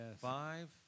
five